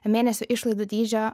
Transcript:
mėnesių išlaidų dydžio